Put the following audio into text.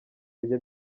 kujya